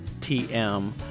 TM